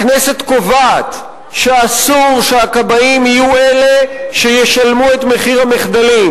הכנסת קובעת שאסור שהכבאים יהיו אלה שישלמו את מחיר המחדלים.